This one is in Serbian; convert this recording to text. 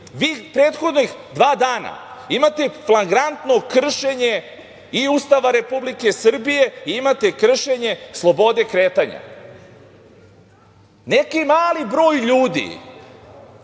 Vi prethodnih dva dana imate flagrantno kršenje i Ustava Republike Srbije, imate kršenje slobode kretanja. Neki mali broj ljudi,